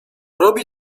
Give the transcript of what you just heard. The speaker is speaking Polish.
robi